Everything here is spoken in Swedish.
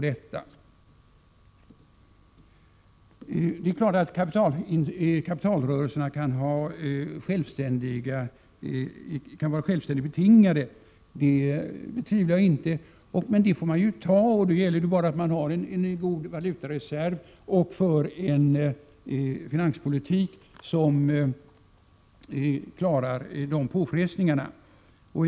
Det är klart att kapitalrörelserna kan vara självständigt betingade, det betvivlar jag inte. Men det får man ta, och då gäller det att ha en god valutareserv och en finanspolitik som klarar dessa påfrestningar.